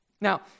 Now